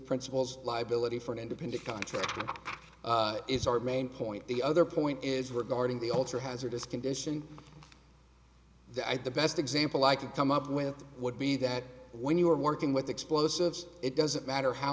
principles liability for an independent contractor is our main point the other point is regarding the ultra hazardous condition that the best example i could come up with would be that when you are working with explosives it doesn't matter how